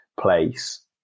place